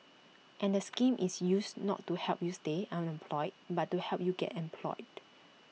and the scheme is used not to help you stay unemployed but to help you get employed